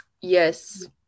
yes